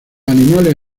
animales